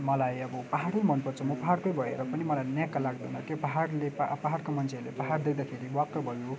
मलाई अब पाहाडै मनपर्छ म पाहाडकै भएर पनि मलाई न्याक्क लाग्दैन के पाहाडले पाहाडको मान्छेहरूले पाहाड देख्दाखेरि वाक्क भयो